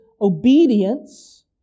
obedience